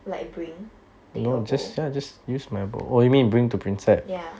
like bring take your bowl ya